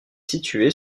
situé